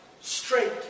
straight